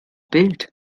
bild